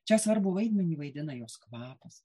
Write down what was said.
čia svarbų vaidmenį vaidina jos kvapas